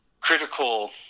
critical